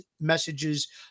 messages